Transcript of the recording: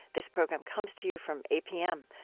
this program comes to you from apm,